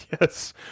Yes